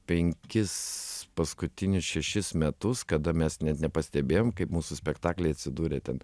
penkis paskutinius šešis metus kada mes net nepastebėjom kaip mūsų spektakliai atsidūrė ten